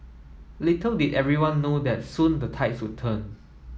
little did everyone know that soon the tides would turn